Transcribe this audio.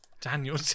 Daniel